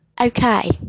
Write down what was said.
Okay